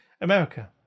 America